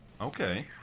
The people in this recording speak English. Okay